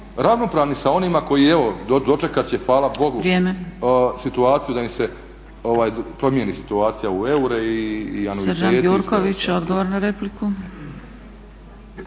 ravnopravni sa onima koji evo dočekat će hvala Bogu situaciju da im se promijeni situacija u eure i anuiteti i